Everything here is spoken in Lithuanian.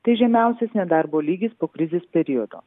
tai žemiausias nedarbo lygis po krizės periodo